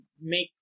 make